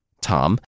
Tom